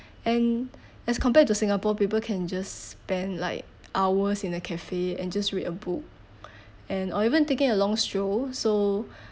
and as compared to singapore people can just spend like hours in a cafe and just read a book and or even taking a long stroll so